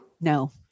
No